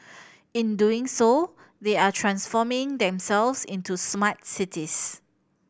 in doing so they are transforming themselves into smart cities